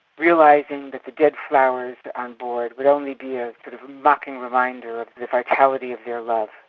realising that the dead flowers on board would only be a sort of mocking reminder of the vitality of their love,